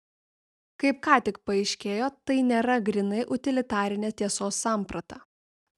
kaip ką tik paaiškėjo tai nėra grynai utilitarinė tiesos samprata